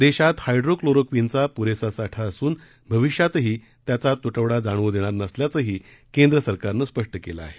देशात हायड्रो क्लोरोक्विनचा पुरेसा साठा असून भविष्यातही त्याचा तुटवडा जाणवू देणार नसल्याचेही केंद्र सरकारतर्फे स्पष्ट करण्यात आलं आहे